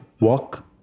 Walk